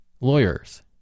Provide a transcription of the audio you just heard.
lawyers